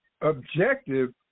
objective